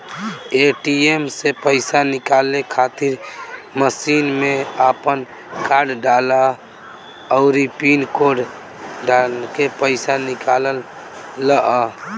ATM से पईसा निकाले खातिर मशीन में आपन कार्ड डालअ अउरी पिन कोड डालके पईसा निकाल लअ